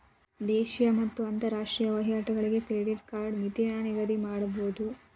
ದೇಶೇಯ ಮತ್ತ ಅಂತರಾಷ್ಟ್ರೇಯ ವಹಿವಾಟುಗಳಿಗೆ ಕ್ರೆಡಿಟ್ ಕಾರ್ಡ್ ಮಿತಿನ ನಿಗದಿಮಾಡಬೋದು